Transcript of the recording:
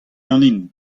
ganin